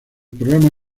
programa